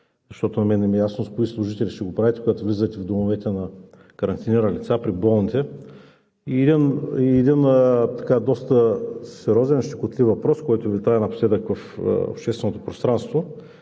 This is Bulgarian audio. Защото на мен не ми ясно с кои служители ще го правите, когато влизате в домовете на карантинирани лица – при болните. И един доста сериозен, щекотлив въпрос, който витае напоследък, в общественото пространство.